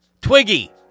Twiggy